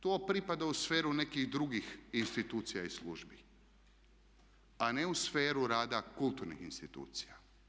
To pripada u sferu nekih drugih institucija i službi, a ne u sferu rada kulturnih institucija.